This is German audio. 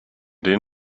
den